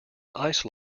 ice